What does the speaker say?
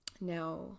now